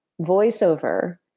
voiceover